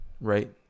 right